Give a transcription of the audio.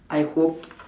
I hope